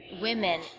women